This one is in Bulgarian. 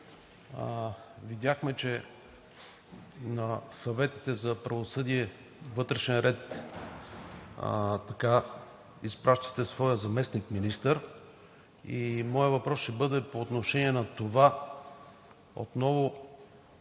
Видяхме, че на съветите за правосъдие и вътрешен ред изпращате своя заместник-министър. Моят въпрос ще бъде по отношение на Пакта